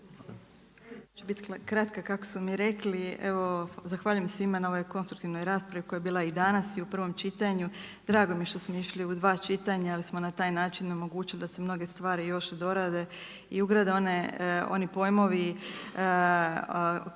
ću biti kratka kako su mi rekli, evo zahvaljujem svima na ovoj konstruktivnoj raspravi koja je bila i danas i u prvom čitanju, drago mi je što smo išli u dva čitanja, jer smo na taj način omogućili da se mnoge stvari još dorade i ugrade oni pojmovi koje smo